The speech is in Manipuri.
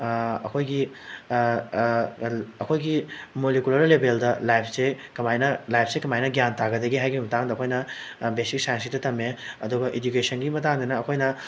ꯑꯩꯈꯣꯏꯒꯤ ꯑꯩꯈꯣꯏꯒꯤ ꯃꯣꯂꯤꯀꯨꯂꯔ ꯂꯦꯕꯦꯜꯗ ꯂꯥꯏꯐꯁꯦ ꯀꯃꯥꯏꯅ ꯂꯥꯏꯐꯁꯦ ꯀꯃꯥꯏꯅ ꯒ꯭ꯌꯥꯟ ꯇꯥꯒꯗꯒꯦ ꯍꯥꯏꯕꯒꯤ ꯃꯇꯥꯡꯗ ꯑꯩꯈꯣꯏꯅ ꯕꯦꯁꯤꯛ ꯁꯥꯏꯟꯁꯀꯤꯗ ꯇꯝꯃꯦ ꯑꯗꯨꯒ ꯏꯗꯨꯀꯦꯁꯟꯒꯤ ꯃꯇꯥꯡꯗꯅ ꯑꯩꯈꯣꯏꯅ